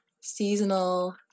seasonal